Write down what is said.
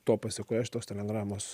to pasekoje šitos telegramos